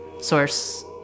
source